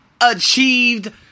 achieved